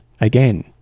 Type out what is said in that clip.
again